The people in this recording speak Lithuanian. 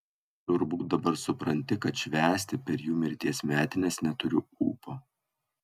turbūt dabar supranti kad švęsti per jų mirties metines neturiu ūpo